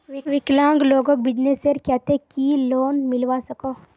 विकलांग लोगोक बिजनेसर केते की लोन मिलवा सकोहो?